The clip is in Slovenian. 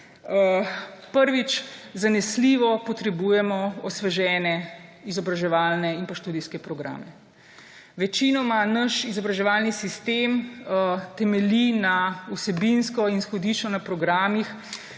Prvič, zanesljivo potrebujemo osvežene izobraževalne in študijske programe. Naš izobraževalni sistem večinoma temelji vsebinsko in izhodiščno na programih,